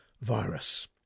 virus